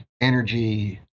energy